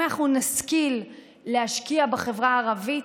אם אנחנו נשכיל להשקיע בחברה הערבית,